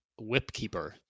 Whipkeeper